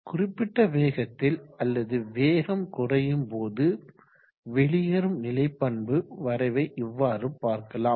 குறிப்பிட்ட வேகத்தில் அல்லது வேகம் குறையும் போது வெளியேறும் நிலை பண்பு வரைவை இவ்வாறு பார்க்கலாம்